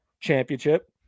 championship